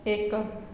ଏକ